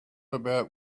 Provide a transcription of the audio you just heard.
about